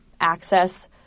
access